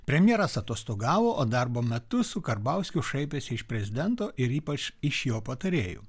premjeras atostogavo o darbo metu su karbauskiu šaipėsi iš prezidento ir ypač iš jo patarėjų